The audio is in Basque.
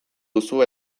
duzu